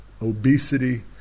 obesity